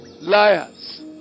liars